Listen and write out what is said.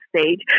stage